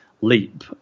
Leap